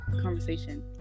conversation